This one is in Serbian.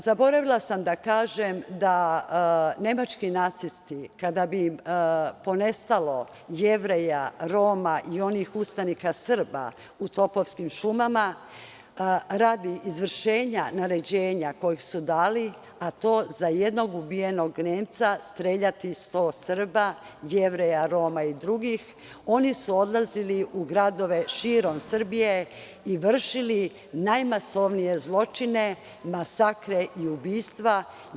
Zaboravila sam da kažem da nemački nacisti, kada bi im ponestalo Jevreja, Roma i onih ustanika Srba u Topovskim šumama, radi izvršenja naređenja koje su dali, a to je da za jednog ubijenog Nemca streljati 100 Srba, Jevreja, Roma i drugih, oni su odlazili u gradove širom Srbije i vršili najmasovnije zločine, masakre i ubistva.